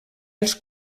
els